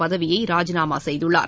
பதவியை ராஜினாமா செய்துள்ளார்